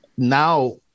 now